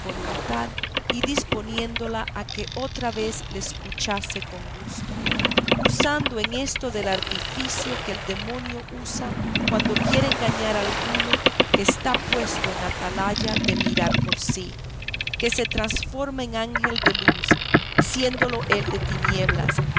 voluntad y disponiéndola a que otra vez le escuchase con gusto usando en esto del artificio que el demonio usa cuando quiere engañar a alguno que está puesto en atalaya de mirar por sí que se transforma en ángel de luz siéndolo él de tinieblas